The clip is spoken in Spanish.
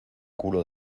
culo